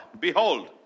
behold